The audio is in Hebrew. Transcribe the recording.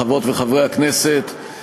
חברות וחברי הכנסת,